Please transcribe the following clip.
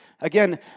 Again